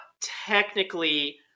technically